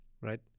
Right